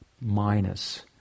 Minus